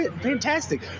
fantastic